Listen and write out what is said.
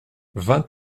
vingt